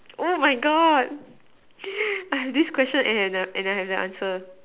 oh my God I have this question and and I have I have an answer